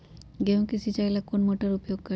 गेंहू के सिंचाई ला कौन मोटर उपयोग करी?